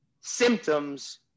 symptoms